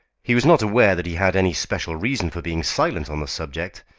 he was not aware that he had any special reason for being silent on the subject,